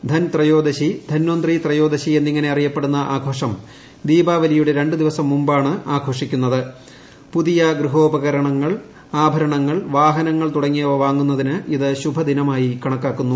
ധൻ ത്രയ്യോദ്ദശി ധന്വന്ത്രി ത്രയോദശി എന്നിങ്ങനെ അറിയപ്പെടുന്നു ആഘോഷം ദീപാവലിയുടെ രണ്ടു ദിവസം മുമ്പാണ് ഗൃഹോപകരണങ്ങൾ ആഭ്രണങ്ങൾ വാഹനങ്ങൾ തുടങ്ങിയവ വാങ്ങുന്നതിന് ഇത് ശുഭദിനമായി കണക്കാക്കുന്നു